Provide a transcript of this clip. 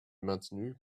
maintenu